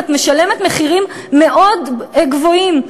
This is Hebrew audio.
את משלמת מחירים מאוד גבוהים,